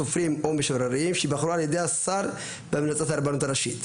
סופרים או משוררים שייבחרו על ידי השר בהמלצת מועצת הרבנות הראשית.